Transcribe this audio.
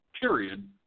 period